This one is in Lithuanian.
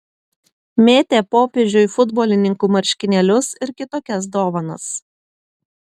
mėtė popiežiui futbolininkų marškinėlius ir kitokias dovanas